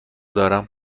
دارم